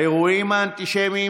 האירועים האנטישמיים,